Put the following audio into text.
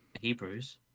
hebrews